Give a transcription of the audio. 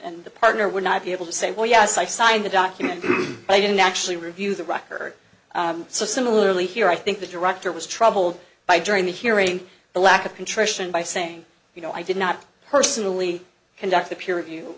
and the partner would not be able to say well yes i signed the document but i didn't actually review the record so similarly here i think the director was troubled by during the hearing the lack of contrition by saying you know i did not personally conduct